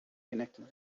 connected